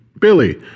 Billy